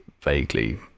vaguely